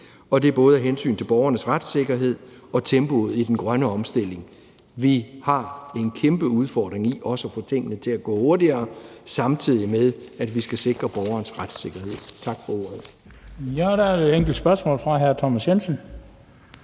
og det er både af hensyn til borgernes retssikkerhed og tempoet i den grønne omstilling. Vi har en kæmpe udfordring i forhold til også at få tingene til at gå hurtigere, samtidig med at vi skal sikre borgernes retssikkerhed. Tak for ordet. Kl. 19:08 Den fg. formand (Bent